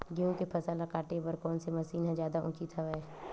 गेहूं के फसल ल काटे बर कोन से मशीन ह जादा उचित हवय?